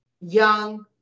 young